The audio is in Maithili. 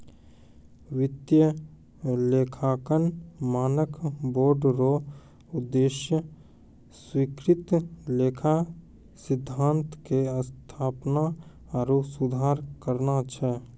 वित्तीय लेखांकन मानक बोर्ड रो उद्देश्य स्वीकृत लेखा सिद्धान्त के स्थापना आरु सुधार करना छै